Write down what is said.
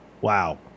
Wow